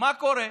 מה קורה?